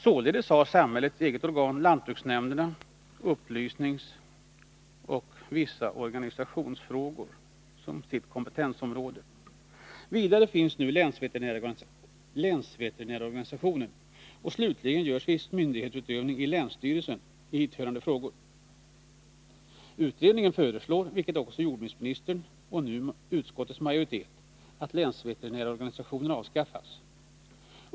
Således har samhällets eget organ, lantbruksnämnderna, upplysningsoch vissa organisationsfrågor inom sitt kompetensområde. Vidare finns nu länsveterinärsorganisationen, och slutligen görs viss myndighetsutövning i hithörande frågor av länsstyrelsen. Utredningen föreslår, liksom också jordbruksministern och nu även utskottets majoritet, att länsveterinärsorganisationen skall avskaffas.